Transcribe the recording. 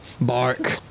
bark